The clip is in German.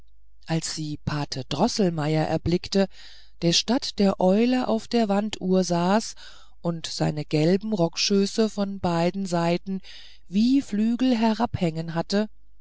als sie pate droßelmeier erblickte der statt der eule auf der wanduhr saß und seine gelben rockschöße von beiden seiten wie flügel herabgehängt hatte